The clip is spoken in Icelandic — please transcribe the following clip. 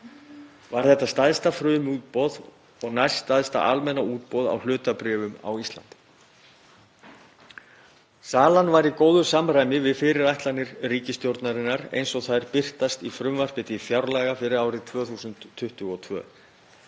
Var þetta stærsta frumútboð og næststærsta almenna útboð á hlutabréfum á Íslandi. Salan var í góðu samræmi við fyrirætlanir ríkisstjórnarinnar eins og þær birtast í frumvarpi til fjárlaga fyrir árið 2022